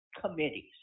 committees